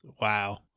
wow